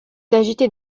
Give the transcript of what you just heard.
d’agiter